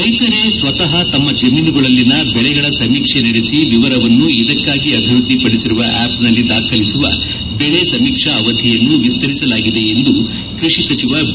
ರೈತರೇ ಸ್ವತಃ ತಮ್ಮ ಜಮೀನಿನಲ್ಲಿನ ಬೆಳೆಗಳ ಸಮೀಕ್ಷೆ ನಡೆಸಿ ವಿವರವನ್ನು ಇದಕ್ಕಾಗಿ ಅಭಿವೃದ್ದಿಪಡಿಸಿರುವ ಆಪ್ನಲ್ಲಿ ದಾಖಲಿಸುವ ಬೆಳಿ ಸಮೀಕ್ಷಾ ಅವಧಿಯನ್ನು ವಿಸ್ತರಿಸಲಾಗಿದೆ ಎಂದು ಕೃಷಿ ಸಚಿವ ಬಿ